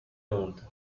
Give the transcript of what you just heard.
monde